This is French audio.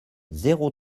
zéro